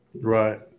Right